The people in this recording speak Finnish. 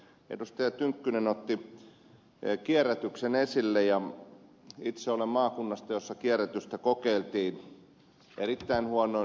tynkkynen otti kierrätyksen esille ja itse olen maakunnasta jossa kierrätystä kokeiltiin erittäin huonoin tuloksin